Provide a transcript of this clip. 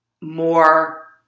more